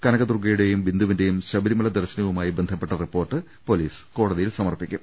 കനക ദുർഗയുടെയും ബിന്ദുവിന്റെയും ശബരിമല ദർശനവുമായി ബന്ധപ്പെട്ട റിപ്പോർട്ട് പോലീസ് കോടതിയിൽ സമർപ്പിക്കും